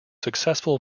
successful